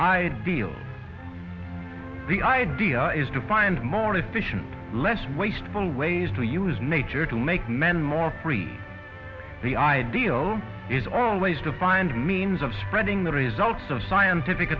feel the idea is to find more efficient less wasteful ways to use nature to make men more free the ideal is always to find means of spreading the results of scientific